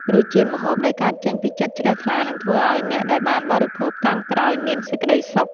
រសជាតិម្ហូបដែលកើតចេញពីចិត្តជ្រះថ្លានឹងធ្វើឱ្យអ្នកដែលបានបរិភោគតាមក្រោយមានសេចក្តីសុខ។